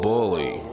Bully